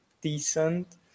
decent